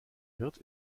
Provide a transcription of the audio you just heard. wird